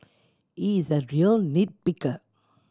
he is a real nit picker